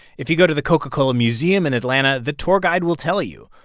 if you go to the coca-cola museum in atlanta, the tour guide will tell you.